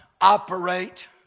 operate